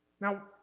Now